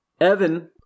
Evan